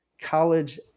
college